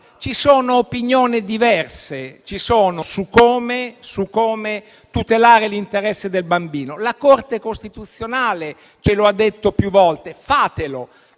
Ci sono opinioni diverse su come tutelare l'interesse del bambino. La Corte costituzionale ce lo ha detto più volte. Fatelo.